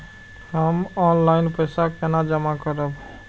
हम ऑनलाइन पैसा केना जमा करब?